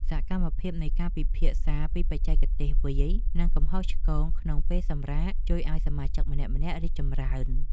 សកម្មភាពនៃការពិភាក្សាពីបច្ចេកទេសវាយ និងកំហុសឆ្គងក្នុងពេលសម្រាក ជួយឱ្យសមាជិកម្នាក់ៗរីកចម្រើន។